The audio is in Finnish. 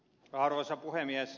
arvoisa puhemies